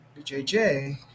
BJJ